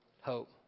Hope